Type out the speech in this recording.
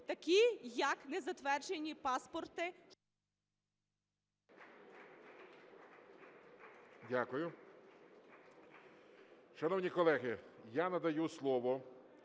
такий як незатверджені паспорти…